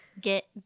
Get